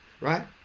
right